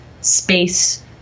space